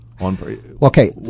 Okay